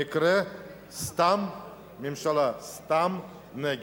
במקרה, הממשלה סתם נגד.